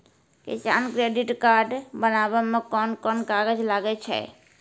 किसान credit card बनाबै मे कोन कोन कागज लागै छै?